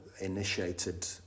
initiated